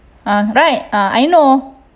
uh right uh I know